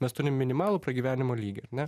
mes turim minimalų pragyvenimo lygį ne